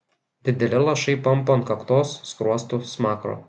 dideli lašai pampo ant kaktos skruostų smakro